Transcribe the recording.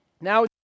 Now